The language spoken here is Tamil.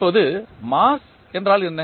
இப்போது மாஸ் என்றால் என்ன